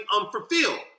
unfulfilled